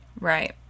Right